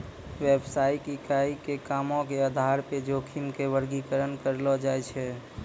व्यवसायिक इकाई के कामो के आधार पे जोखिम के वर्गीकरण करलो जाय छै